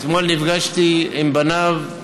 אתמול נפגשתי עם בניו,